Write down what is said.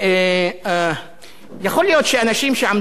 יכול להיות שאנשים שעמדו כאן לפני ואמרו למה לא